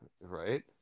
right